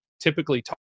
typically